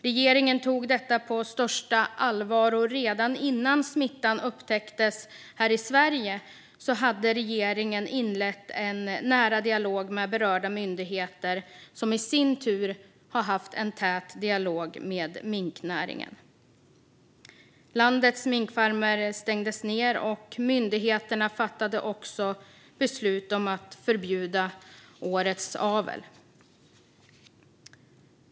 Regeringen tog detta på största allvar. Redan innan smittan upptäcktes här i Sverige hade regeringen inlett en nära dialog med berörda myndigheter, som i sin tur har haft en tät dialog med minknäringen. Landets minkfarmer stängdes ned, och myndigheterna fattade också beslut om att förbjuda årets avel.